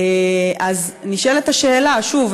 שוב,